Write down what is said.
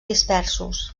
dispersos